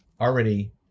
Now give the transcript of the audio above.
already